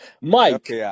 Mike